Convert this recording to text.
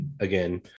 again